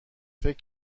فکر